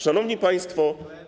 Szanowni Państwo!